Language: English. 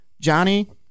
Johnny